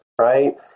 right